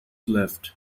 left